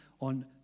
on